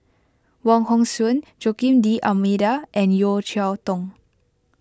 Wong Hong Suen Joaquim D'Almeida and Yeo Cheow Tong